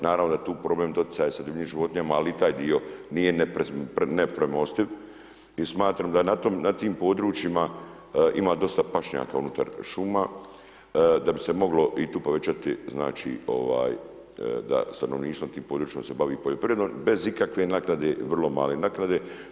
Naravno da je tu problem doticaj sa divljim životinjama, ali i taj dio nije nepremostiv i smatram da na tim područjima ima dosta pašnjaka unutar šuma, da bi se moglo i tu povećati znači da stanovništvo na tim područjima se bavi poljoprivredom bez ikakve naknade, vrlo male naknade.